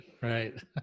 Right